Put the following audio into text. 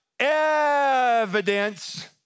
evidence